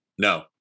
No